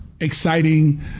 exciting